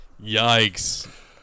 Yikes